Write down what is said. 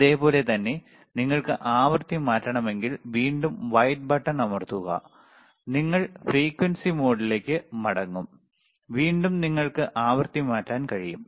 അതേപോലെ തന്നെ നിങ്ങൾക്ക് ആവൃത്തി മാറ്റണമെങ്കിൽ വീണ്ടും വൈറ്റ് ബട്ടൺ അമർത്തുക നിങ്ങൾ ഫ്രീക്വൻസി മോഡിലേക്ക് മടങ്ങും വീണ്ടും നിങ്ങൾക്ക് ആവൃത്തി മാറ്റാൻ കഴിയും